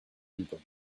people